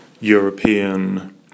European